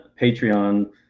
Patreon